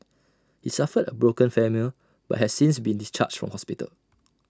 he suffered A broken femur but has since been discharged from hospital